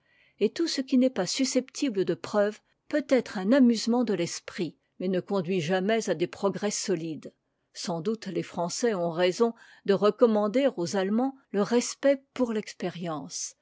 et tout ce qui n'est pas susceptible de preuves peut être un amusement de l'esprit mais ne conduit jamais à des progrès solides sans doute les français ont raison de recommander aux allemands le respect pour l'expérience